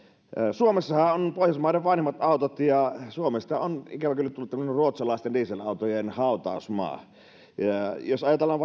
suomessahan on pohjoismaiden vanhimmat autot ja suomesta on ikävä kyllä tullut tämmöinen ruotsalaisten dieselautojen hautausmaa jos ajatellaan